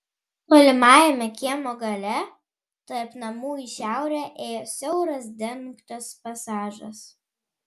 tolimajame kiemo gale tarp namų į šiaurę ėjo siauras dengtas pasažas